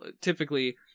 typically